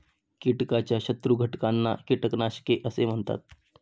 कीटकाच्या शत्रू घटकांना कीटकनाशके असे म्हणतात